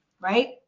Right